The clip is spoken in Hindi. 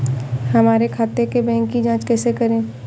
हमारे खाते के बैंक की जाँच कैसे करें?